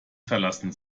verlassen